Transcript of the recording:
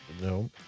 no